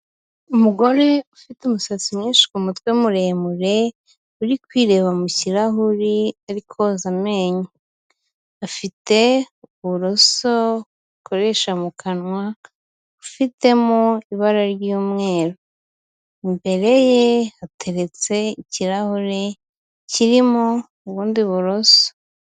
Umugore ufite umusatsi mwinshi ku mutwe muremure uri kwireba mu kirahuri ari koza amenyo, afite uburoso bakoresha mu kanwa bufitemo ibara ry'umweru, imbere ye hateretse ikirahure kirimo ubundi buroso.